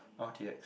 r_t_x